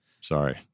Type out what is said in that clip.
Sorry